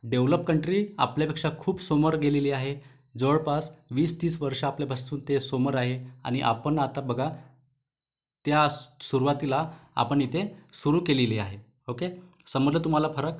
develop country आपल्यापेक्षा खूप समोर गेलेली आहे जवळपास वीस तीस वर्ष आपल्याभस्तून ते समोर आहे आणि आपण आता बघा त्या सुरुवातीला आपण इथे सुरू केलेली आहे ओके समजलं तुम्हाला फरक